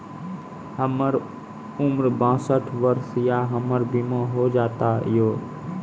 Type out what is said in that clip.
हमर उम्र बासठ वर्ष या हमर बीमा हो जाता यो?